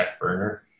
burner